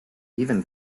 even